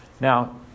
Now